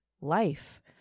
life